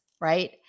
Right